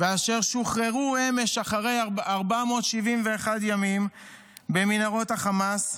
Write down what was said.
ואשר שוחררו אמש אחרי 471 ימים במנהרות החמאס,